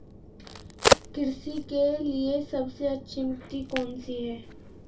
कृषि के लिए सबसे अच्छी मिट्टी कौन सी है?